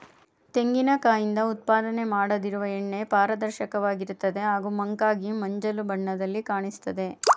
ತೆಂಗಿನ ಕಾಯಿಂದ ಉತ್ಪಾದನೆ ಮಾಡದಿರುವ ಎಣ್ಣೆ ಪಾರದರ್ಶಕವಾಗಿರ್ತದೆ ಹಾಗೂ ಮಂಕಾಗಿ ಮಂಜಲು ಬಣ್ಣದಲ್ಲಿ ಕಾಣಿಸ್ತದೆ